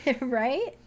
Right